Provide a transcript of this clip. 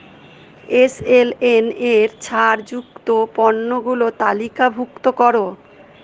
S L N এর ছাড়যুক্ত পণ্যগুলো তালিকাভুক্ত করো